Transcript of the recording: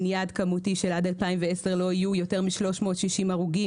יעד כמותי שעד לשנת 2010 לא יהיו יותר מ-360 הרוגים.